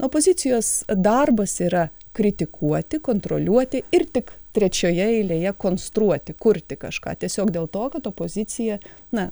opozicijos darbas yra kritikuoti kontroliuoti ir tik trečioje eilėje konstruoti kurti kažką tiesiog dėl to kad opozicija na